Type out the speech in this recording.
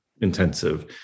intensive